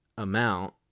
amount